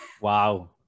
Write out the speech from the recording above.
Wow